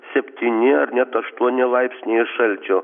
septyni ar net aštuoni laipsniai šalčio